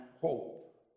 hope